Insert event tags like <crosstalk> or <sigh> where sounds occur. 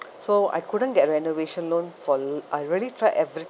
<noise> so I couldn't get renovation loan for I really tried everything